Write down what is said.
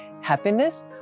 happiness